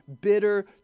bitter